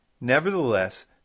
Nevertheless